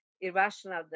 irrational